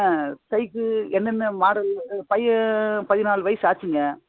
cycle என்னன்ன model பையன் பதினாலு வயது ஆச்சுங்க